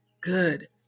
good